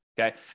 Okay